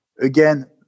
Again